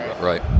Right